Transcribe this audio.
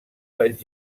vaig